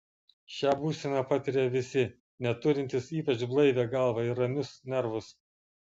šią būseną patiria visi net turintys ypač blaivią galvą ir ramius nervus